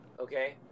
okay